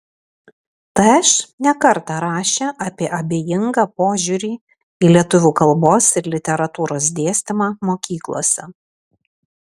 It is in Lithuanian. tš ne kartą rašė apie abejingą požiūrį į lietuvių kalbos ir literatūros dėstymą mokyklose